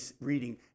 reading